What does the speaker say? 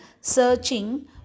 searching